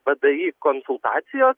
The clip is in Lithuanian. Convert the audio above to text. vdi konsultacijos